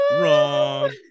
wrong